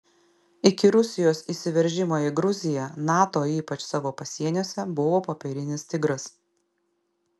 iki rusijos įsiveržimo į gruziją nato ypač savo pasieniuose buvo popierinis tigras